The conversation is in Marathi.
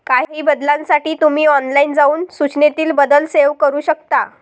काही बदलांसाठी तुम्ही ऑनलाइन जाऊन सूचनेतील बदल सेव्ह करू शकता